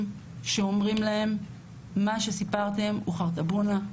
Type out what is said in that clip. שאומרים להם: מה שסיפרתם הוא 'חרטאבונה',